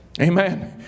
amen